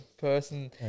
person